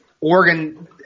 Oregon